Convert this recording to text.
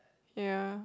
ya